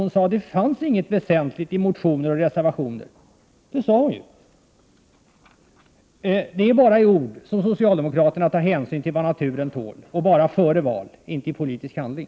Hon sade att det inte fanns något väsentligt i motioner och reservationer. Fru talman! Det är bara i ord och före val som socialdemokraterna tar hänsyn till vad naturen tål — inte i politisk handling.